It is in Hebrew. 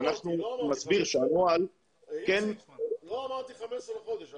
אולי עד סמסטר ראשון יכול להיות של המסגרת,